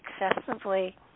excessively